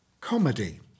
Comedy